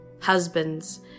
husbands